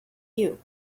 you